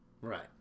Right